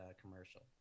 commercial